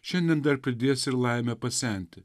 šiandien dar pridės ir laimę pasenti